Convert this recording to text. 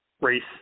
race